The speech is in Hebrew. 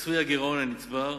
כיסוי הגירעון הנצבר.